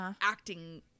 acting